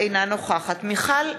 אינה נוכחת מיכל בירן,